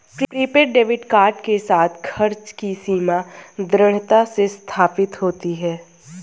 prepaid debit card के साथ, खर्च की सीमा दृढ़ता से स्थापित होती है